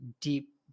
deep